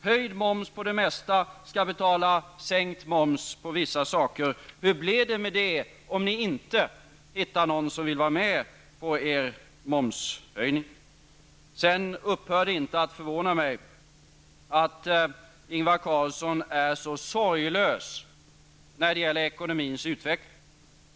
Höjd moms på det mesta skall betala sänkt moms på vissa saker. Hur blir det med det om ni inte hittar någon som vill vara med på er momshöjning? Det upphör inte att förvåna mig att Ingvar Carlsson är så sorglös när det gäller ekonomins utveckling.